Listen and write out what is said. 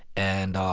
and